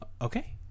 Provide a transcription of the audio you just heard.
okay